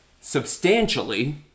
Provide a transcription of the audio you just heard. substantially